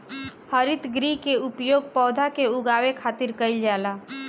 हरितगृह के उपयोग पौधा के उगावे खातिर कईल जाला